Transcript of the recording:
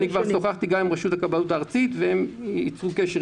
שוחחתי גם עם רשות הכבאות הארצית והם ייצרו קשר